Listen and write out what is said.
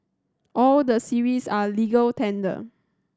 all the series are legal tender